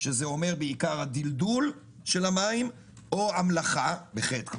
שזה אומר בעיקר הדלדול של המים או המלחה בחי"ת,